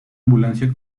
ambulancia